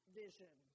vision